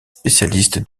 spécialiste